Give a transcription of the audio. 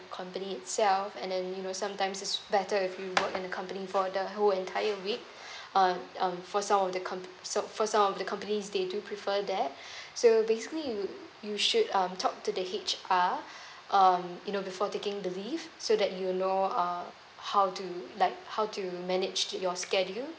the company itself and then you know sometimes it's better if you work in the company for the whole entire week um um for some of the com~ for some of the companies they do prefer that so basically you you should um talk to the H_R um you know before taking the leave so that you know uh how to like how to manage your schedule